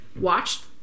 watched